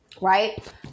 right